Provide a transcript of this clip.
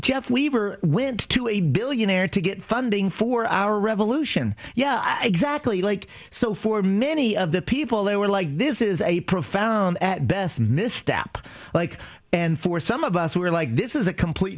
jeff weaver went to a billionaire to get funding for our revolution yeah exactly like so for many of the people they were like this is a profound at best mis step like and for some of us who are like this is a complete